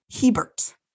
Hebert